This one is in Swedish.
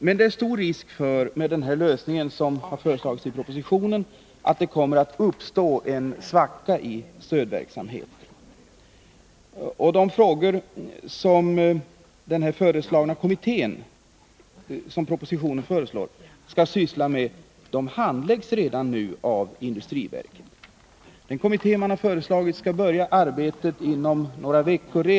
Men med den lösning som har föreslagits i propositionen är det stor risk för att det kommer att uppstå en svacka i stödverksamheten. De frågor som den kommitté som propositionen föreslår skall syssla med handläggs redan nu av industriverket. Kommittén man har föreslagit skall börja arbetet redan inom några veckor.